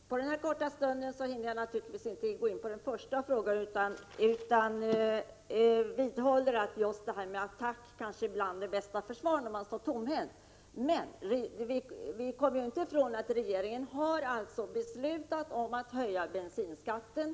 Herr talman! På den här korta stunden hinner jag naturligtvis inte gå in på den första frågan utan vidhåller att attack ibland är bästa försvar när man står tomhänt. Men vi kommer inte ifrån att regeringen har beslutat att lägga fram ett förslag om bensinskattehöjning.